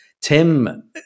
Tim